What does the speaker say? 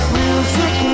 music